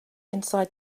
inside